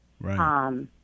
Right